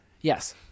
Yes